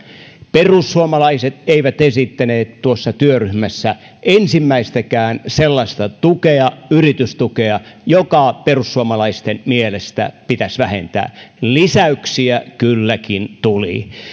perussuomalaiset eivät esittäneet tuossa työryhmässä ensimmäistäkään sellaista tukea yritystukea joka perussuomalaisten mielestä pitäisi vähentää lisäyksiä kylläkin tuli